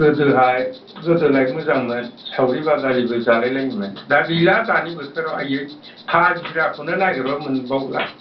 गोदोहाय गोदोलाय मोजांमोन सावरि बादालिबो जालाय लायोमोन दा गैला दानि बोथोराव आइयै हाजिराखौनो नागिरबाबो मोनबावला